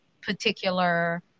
particular